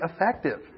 effective